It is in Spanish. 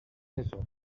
eso